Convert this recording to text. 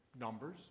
Numbers